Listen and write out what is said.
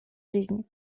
жизни